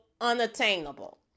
unattainable